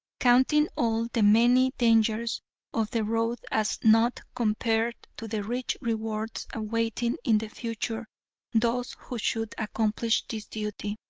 counting all the many dangers of the road as nought compared to the rich rewards awaiting in the future those who should accomplish this duty.